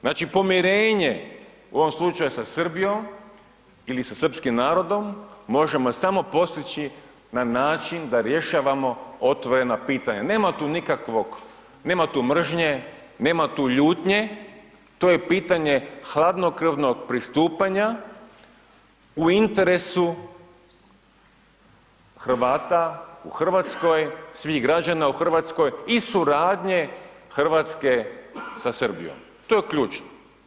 Znači, pomirenje u ovom slučaju sa Srbijom ili sa srpskim narodom možemo samo postići na način da rješavamo otvorena pitanja, nema tu nikakvog, nema tu mržnje, nema tu ljutnje, to je pitanje hladnokrvnog pristupanja u interesu Hrvata u RH, svih građana u RH i suradnje RH sa Srbijom, to je ključno.